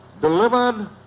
delivered